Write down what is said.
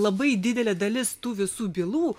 labai didelė dalis tų visų bylų